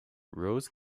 rose